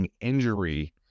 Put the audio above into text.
injury